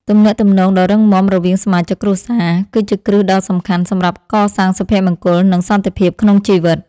ទំនាក់ទំនងដ៏រឹងមាំរវាងសមាជិកគ្រួសារ គឺជាគ្រឹះដ៏សំខាន់សម្រាប់កសាងសុភមង្គល និងសន្តិភាពក្នុងជីវិត។